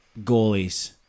Goalies